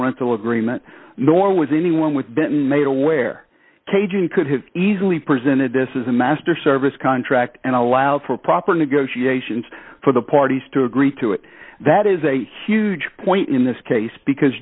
rental agreement nor was anyone with been made aware caging could have easily presented this is a master service contract and allowed for proper negotiations for the parties to agree to it that is a huge point in this case because